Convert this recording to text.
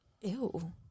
Ew